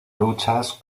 luchas